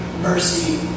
mercy